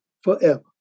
forever